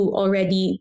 already